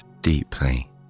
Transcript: deeply